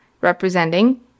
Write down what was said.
representing